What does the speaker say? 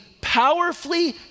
powerfully